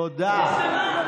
תודה.